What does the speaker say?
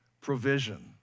provision